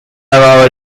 are